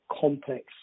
complex